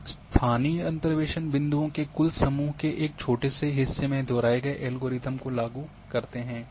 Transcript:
और स्थानीय अंतर्वेशक बिन्दुओ के कुल समूह के एक छोटे से हिस्से में दोहराए गए एल्गोरिथ्म को लागू करते हैं